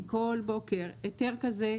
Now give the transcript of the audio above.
כל בוקר היתר כזה,